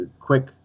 quick